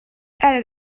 add